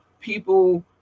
people